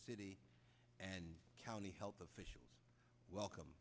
city and county health officials welcome